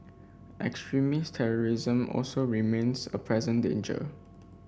extremist terrorism also remains a present danger